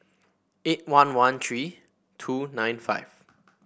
eight one one three two nine five